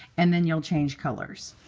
and then you'll change colors.